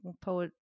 poet